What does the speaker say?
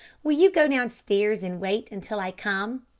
will you go downstairs and wait until i come?